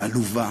עלובה,